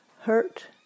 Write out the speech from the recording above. hurt